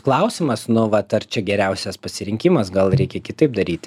klausimas nu vat ar čia geriausias pasirinkimas gal reikia kitaip daryti